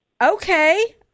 Okay